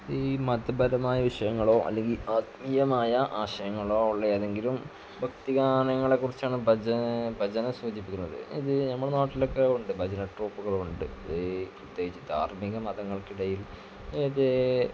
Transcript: ഈ മതപരമായ വിഷയങ്ങളോ അല്ലെങ്കിൽ ആത്മീയമായ ആശയങ്ങളോ ഉള്ള ഏതെങ്കിലും ഭക്തിഗാനങ്ങളെക്കുറിച്ചാണ് ഭജന ഭജന സൂചിപ്പിക്കുന്നത് ഇത് നമ്മുടെ നാട്ടിലൊക്കെ ഉണ്ട് ഭജന ട്രൂപ്പുകളുമുണ്ട് ഇത് പ്രത്യേകിച്ച് ധാർമ്മിക മതങ്ങൾക്കിടയിൽ അത്